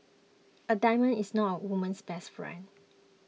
a diamond is not a woman's best friend